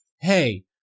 Hey